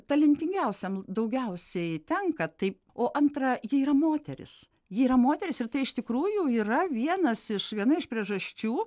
talentingiausiam daugiausiai tenka tai o antra ji yra moteris ji yra moteris ir tai iš tikrųjų yra vienas iš viena iš priežasčių